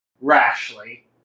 rashly